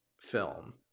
film